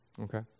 Okay